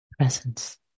Presence